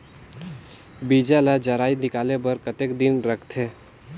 बीजा ला जराई निकाले बार कतेक दिन रखथे?